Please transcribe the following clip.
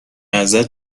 ازت